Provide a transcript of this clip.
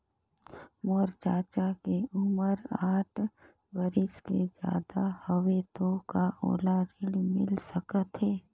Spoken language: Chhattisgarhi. मोर चाचा के उमर साठ बरिस से ज्यादा हवे तो का ओला ऋण मिल सकत हे?